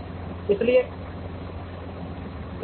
10 इसलिए